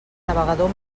navegador